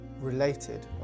related